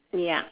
ya